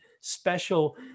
special